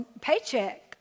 paycheck